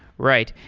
right.